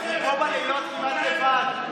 אנחנו פה בלילות כמעט לבד,